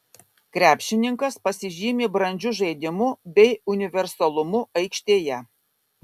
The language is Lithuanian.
krepšininkas pasižymi brandžiu žaidimu bei universalumu aikštėje